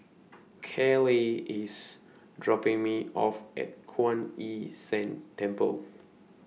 Kaleigh IS dropping Me off At Kuan Yin San Temple